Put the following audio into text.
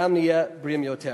גם נהיה בריאים יותר.